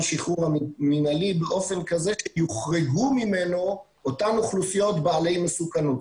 השחרור המנהלי באופן כזה שיוחרגו ממנו אותן אוכלוסיות בעלי מסוכנות.